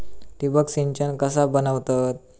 ठिबक सिंचन कसा बनवतत?